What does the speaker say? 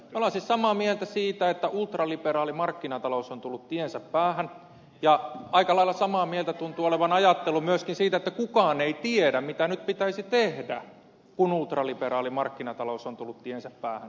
me olemme siis samaa mieltä siitä että ultraliberaali markkinatalous on tullut tiensä päähän ja aika lailla samaa mieltä tuntuu olevan ajattelu myöskin siitä että kukaan ei tiedä mitä nyt pitäisi tehdä kun ultraliberaali markkinatalous on tullut tiensä päähän